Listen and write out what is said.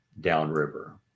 downriver